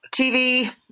TV